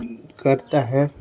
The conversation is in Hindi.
करता है